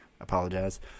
apologize